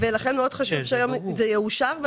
לכן מאוד חשוב שהיום זה יאושר.